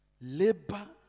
Labor